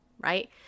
right